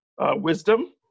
wisdom